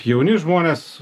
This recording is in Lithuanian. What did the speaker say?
jauni žmonės